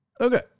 Okay